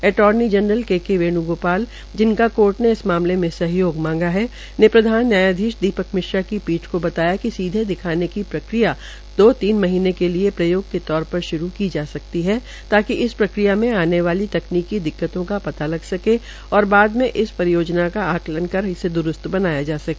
अर्टानी general K K Venugopal जिनका court ने इस मामले में सहयोग मांगा है ने प्रधान न्यायधीश दीपक मिश्रा की खंडपीठ को बताया कि सीधे दिखाने की प्रक्रिया दो तीन महीनें के लिए प्रयोग के तौर पर शुरू की जा सकती है ताकि इस प्रक्रिया में आने वाली तकनीकी दिक्कतों का पता लग सके ताकि बाद में इस परियोजना का आंकलन कर इसे द्रस्त बनाया जा सके